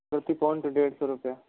प्रति पॉइंट डेढ़ सौ रुपया